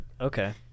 Okay